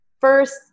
first